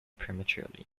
prematurely